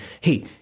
hey